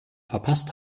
verpasst